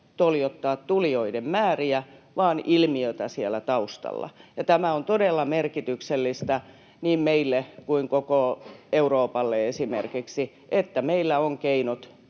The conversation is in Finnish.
toljottaa tulijoiden määriä vaan ilmiötä siellä taustalla. Tämä on todella merkityksellistä niin meille kuin esimerkiksi koko Euroopalle, että meillä on keinot